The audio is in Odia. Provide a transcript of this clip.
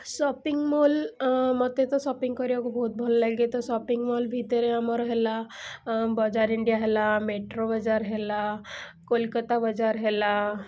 ସପିଙ୍ଗ୍ ମଲ୍ ମୋତେ ତ ସପିଙ୍ଗ୍ କରିବାକୁ ବହୁତ ଭଲ ଲାଗେ ତ ସପିଙ୍ଗ୍ ମଲ୍ ଭିତରେ ଆମର ହେଲା ବଜାର୍ଇଣ୍ଡିଆ ହେଲା ମେଟ୍ରୋବଜାର୍ ହେଲା କୋଲକତାବଜାର୍ ହେଲା